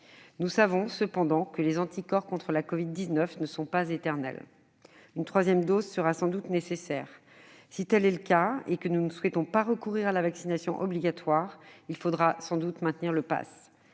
Nous savons cependant que les anticorps contre la covid-19 ne sont pas éternels. Une troisième dose sera sans doute nécessaire. Si tel est le cas et que nous ne souhaitons pas recourir à la vaccination obligatoire, il faudra sans doute maintenir le passe